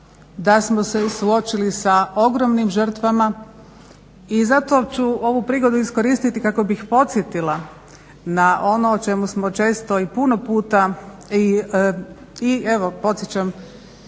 da smo se suočili sa ogromnim žrtvama i zato ću ovu prigodu iskoristiti kako bih podsjetila na ono o čemu smo često i puno puta i evo podsjećam